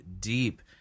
deep